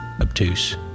obtuse